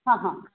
हां हां